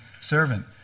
servant